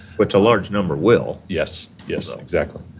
which a large number will. yes, yes, exactly.